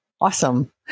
Awesome